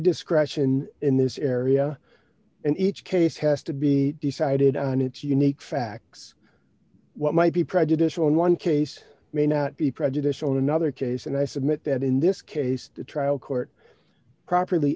discretion in this area and each case has to be decided on its unique facts what might be prejudicial in one case may not be prejudicial in another case and i submit that in this case the trial court properly